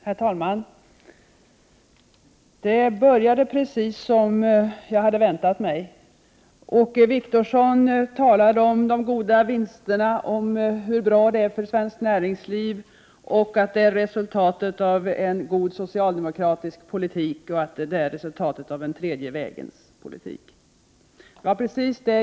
Herr talman! Det här började precis som jag hade förväntat mig. Åke Wictorsson talade om de höga vinsterna, om hur bra det går för svenskt näringsliv och att detta är resultatet av en bra socialdemokratisk politik, den tredje vägens politik.